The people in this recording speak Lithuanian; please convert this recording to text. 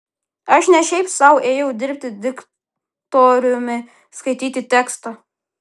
aš ne šiaip sau ėjau dirbti diktoriumi skaityti tekstą